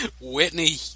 Whitney